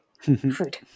food